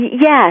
Yes